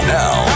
now